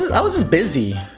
i was just busy.